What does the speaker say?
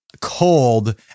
cold